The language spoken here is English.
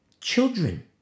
children